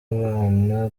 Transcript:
abana